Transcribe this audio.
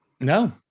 no